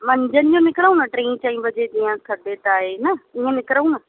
मंझंदि जो निकिरूं टीं चईं बजे जीअं खपे टाईम न ईअं निकिरूं न